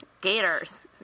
Gators